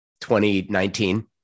2019